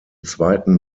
zweiten